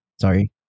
Sorry